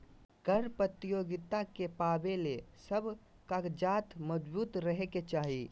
कर प्रतियोगिता के पावे ले सब कागजात मजबूत रहे के चाही